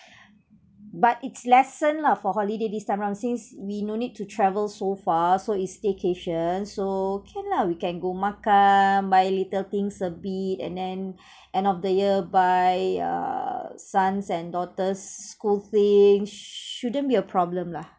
but its lessen lah for holiday this time round since we no need to travel so far so it's staycation so can lah we can go makan buy little things a bit and then end of the year buy err sons and daughters school things shouldn't be a problem lah